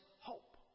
hope